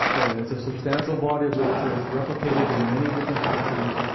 it's a substantial body of literature, it's replicated in many different countries.